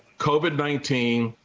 covid nineteen.